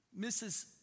Mrs